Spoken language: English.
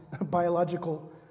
biological